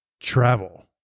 travel